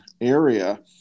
area